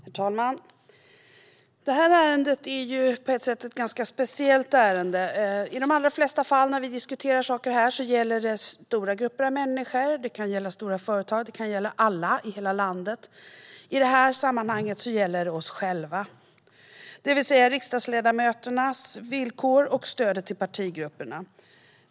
Herr talman! Det här ärendet är på ett sätt ganska speciellt. När vi diskuterar saker här gäller det i de allra flesta fall stora grupper av människor. Det kan gälla stora företag; det kan gälla alla i hela landet. I det här sammanhanget gäller det oss själva, det vill säga riksdagsledamöterna, våra villkor och stödet till partigrupperna.